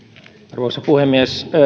arvoisa puhemies